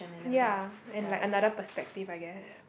ya and like another perspective I guess